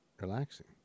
relaxing